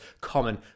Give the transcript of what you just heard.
common